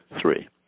Three